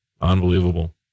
unbelievable